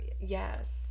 Yes